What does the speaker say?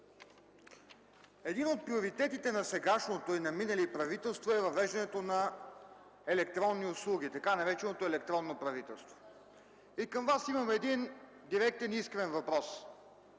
Един от приоритетите на сегашното и на минали правителства е въвеждането на електронни услуги, така нареченото електронно правителство. Към Вас имам директен и искрен въпрос: